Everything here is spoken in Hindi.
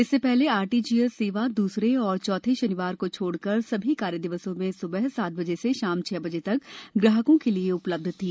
इससे पहले आरटीजीएस सेवा दूसरे और चौथे शनिवार को छोड़कर सभी कार्य दिवसों में स्बह सात बजे से शाम छह बजे तक ग्राहकों के लिए उपलब्ध थी